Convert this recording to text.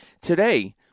today